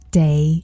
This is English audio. day